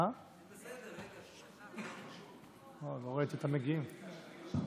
כבוד היושב-ראש, כנסת נכבדה, עלה לפניי